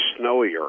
snowier